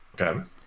Okay